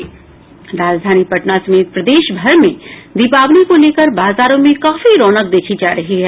राजधानी पटना समेत प्रदेशभर में दीपावली को लेकर बाजारों में काफी रौनक देखी जा रही है